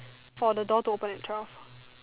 for the door to open at twelve